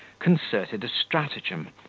concerted a stratagem,